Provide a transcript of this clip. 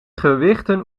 gewichten